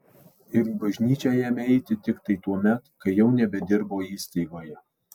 ir į bažnyčią ėmė eiti tiktai tuomet kai jau nebedirbo įstaigoje